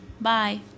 bye